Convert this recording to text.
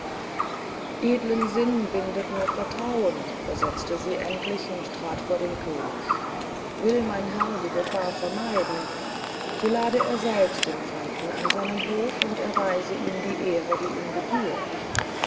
edlen sinn bindet nur vertrauen versetzte sie endlich und trat vor den könig will mein herr die gefahr vermeiden so lade er selbst den fremden an seinen hof und erweise ihm die ehre die ihm gebührt